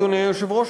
אדוני היושב-ראש,